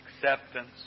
acceptance